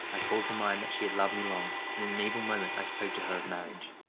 i called to mind that she had loved me long, and, in an evil moment, i spoke to her of marriage.